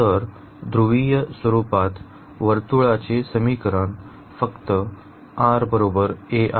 तर ध्रुवीय स्वरुपात वर्तुळाचे समीकरण फक्त r a आहे